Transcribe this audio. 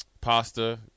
pasta